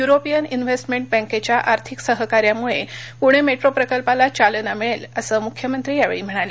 European investment बँकेच्या आर्थिक सहकार्यामुळे पुणे मेट्रो प्रकल्पाला चालना मिळेल असं मुख्यमंत्री यावेळी म्हणाले